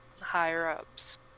higher-ups